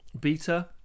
Beta